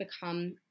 become